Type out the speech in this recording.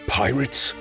pirates